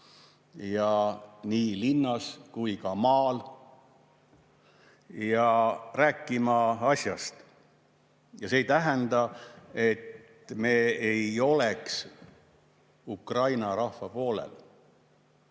nii linnas kui ka maal, peame rääkima asjast. See ei tähenda, nagu me ei oleks Ukraina rahva poolel.